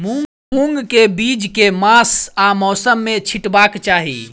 मूंग केँ बीज केँ मास आ मौसम मे छिटबाक चाहि?